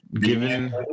given